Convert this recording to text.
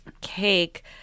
cake